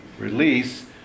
release